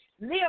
live